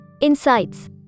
insights